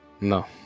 No